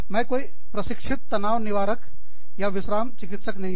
मैं कोई प्रशिक्षित तनाव निवारक या विश्राम चिकित्सक नहीं हूँ